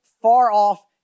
far-off